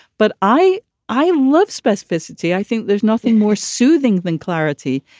but i i love specificity. i think there's nothing more soothing than clarity.